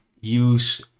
use